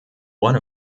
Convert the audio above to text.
one